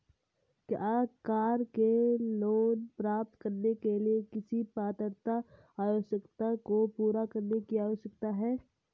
क्या car loan प्राप्त करने के लिए किसी पात्रता आवश्यकता को पूरा करने की आवश्यकता है?